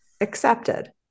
accepted